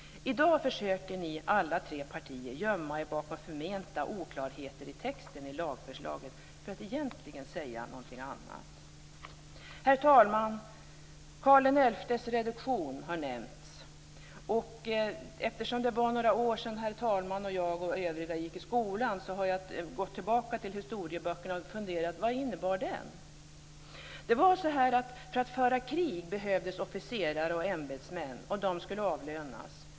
I dag försöker ni alla tre partier gömma er bakom förmenta oklarheter i texten i lagförslaget för att egentligen säga något annat. Herr talman! Karl XI:s reduktion har nämnts. Eftersom det är några år sedan herr talmannen, jag och övriga gick i skolan har jag gått tillbaka till historieböckerna. Jag har funderat över vad reduktionen innebar. För att föra krig behövdes officerare och ämbetsmän. Dessa skulle avlönas.